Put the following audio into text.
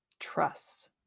Trust